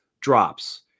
drops